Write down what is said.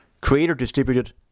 creator-distributed